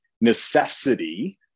necessity